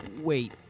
Wait